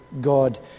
God